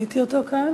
ראיתי אותו כאן